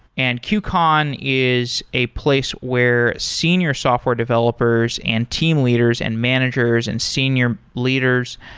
and qcon is a place where senior software developers and team leaders and managers and senior leaders,